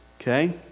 okay